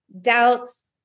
doubts